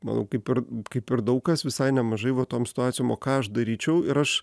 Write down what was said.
manau kaip ir kaip ir daug kas visai nemažai va tom situacijom o ką aš daryčiau ir aš